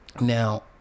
now